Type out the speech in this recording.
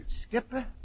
Skipper